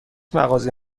مغازه